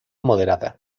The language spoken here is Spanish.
moderada